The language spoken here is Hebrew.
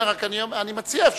אני מציע.